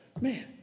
man